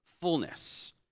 fullness